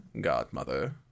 godmother